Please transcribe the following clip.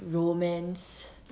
romance